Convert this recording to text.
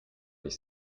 les